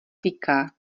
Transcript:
týká